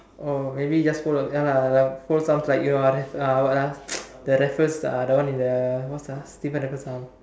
oh maybe just fold your ya lah like fold some like you are uh what ah the Raffles uh the one in the what's uh Stamford Raffles house